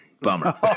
Bummer